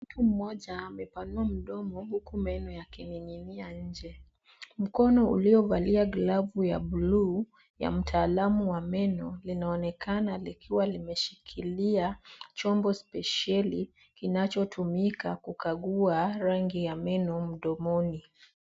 Mtu mmoja amepanua mdomo huku meno yakining'inia nje. Mkono uliovalia glavu ya blue ya mtaalamu wa meno, linaonekana likiwa limeshikilia chombo spesheli, kinachotumika kukagua rangi ya meno mdomoni.